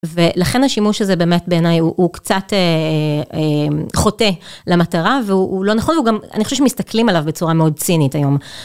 ולכן השימוש הזה באמת בעיניי הוא קצת חוטא למטרה והוא לא נכון, ואני חושבת שמסתכלים עליו בצורה מאוד צינית היום.